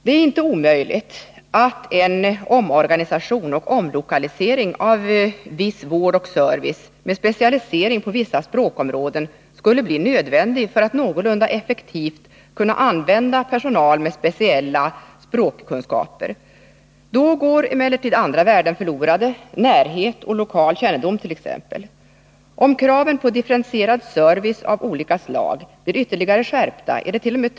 Det är inte omöjligt att en omorganisation och omlokalisering av viss vård och service med specialisering på vissa språkområden skulle bli nödvändig för att man någorlunda effektivt skall kunna använda personal med speciella språkkunskaper. Då går emellertid andra värden förlorade, t.ex. närhet och lokal kännedom. Om kraven på differentierad service av olika slag blir ytterligare skärpta, är dett.o.m.